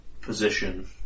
position